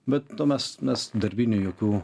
bet tuo mes darbinių jokių